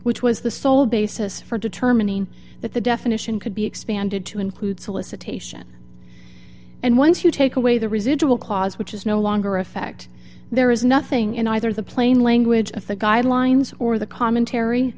which was the sole basis for determining that the definition could be expanded to include solicitation and once you take away the residual clause which is no longer effect there is nothing in either the plain language of the guidelines or the commentary